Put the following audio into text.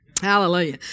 Hallelujah